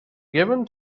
given